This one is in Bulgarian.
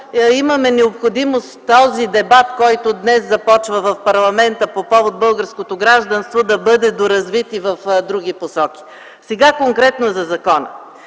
имаме необходимост този дебат, който днес започва в парламента по повод българското гражданство, да бъде доразвит и в други посоки. Сега конкретно за закона